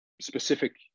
specific